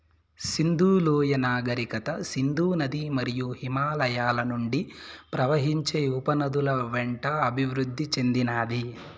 సింధు లోయ నాగరికత సింధు నది మరియు హిమాలయాల నుండి ప్రవహించే ఉపనదుల వెంట అభివృద్ది చెందినాది